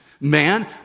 Man